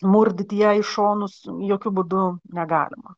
murdyt ją į šonus jokiu būdu negalima